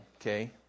okay